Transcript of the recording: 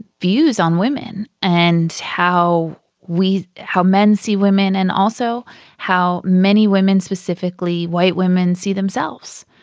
views on women and how we how men see women and also how many women specifically white women see themselves.